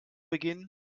beginnen